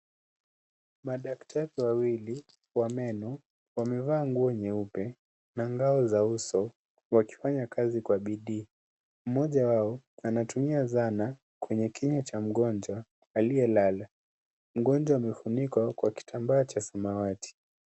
Madaktari wawili wa meno wamevaa nguo nyeupe na ngao za uso wakifanya kazi kwa bidii. Mmoja wao anatumia zana kwenye kinywa cha mgonjwa aliyelala. Mgonjwa amefunikwa kwa kitambaa cha samawati.